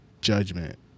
Judgment